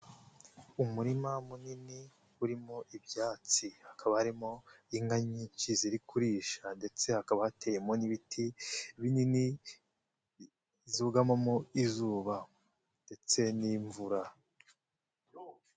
Umurima munini urimo ibyatsi, hakaba harimo inka nyinshi ziri kurisha, ndetse hakaba hateyemo n'ibiti binini zugamamo izuba ndetse n'imvura.